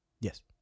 Yes